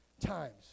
times